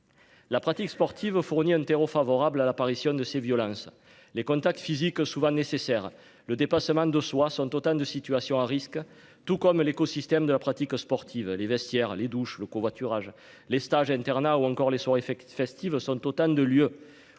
La pratique sportive fournit un terreau favorable à l'apparition de ces violences. Les contacts physiques souvent nécessaire le dépassement de soi sont autant de situations à risques. Tout comme l'écosystème de la pratique sportive, les vestiaires, les douches le covoiturage. Les stages à internat ou encore les son effectif festives sont autant de lieux